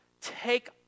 take